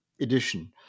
edition